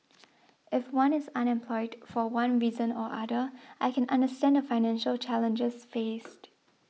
if one is unemployed for one reason or other I can understand the financial challenges faced